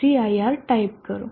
cir type કરો